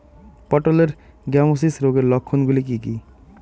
পটলের গ্যামোসিস রোগের লক্ষণগুলি কী কী?